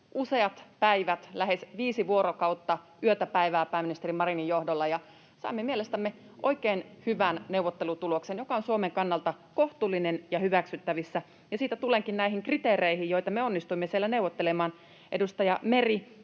useat päivät, lähes viisi vuorokautta yötä päivää pääministeri Marinin johdolla, ja saimme mielestämme oikein hyvän neuvottelutuloksen, joka on Suomen kannalta kohtuullinen ja hyväksyttävissä. Ja siitä tulenkin näihin kriteereihin, joita me onnistuimme siellä neuvottelemaan. Edustaja Meri,